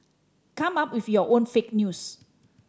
come up with your own fake news